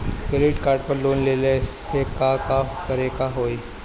Credit card पर loan लेला से का का करे क होइ?